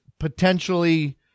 potentially